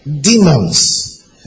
demons